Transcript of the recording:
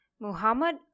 Muhammad